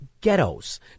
ghettos